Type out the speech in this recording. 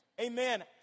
Amen